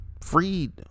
freed